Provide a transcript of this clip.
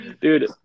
dude